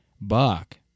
buck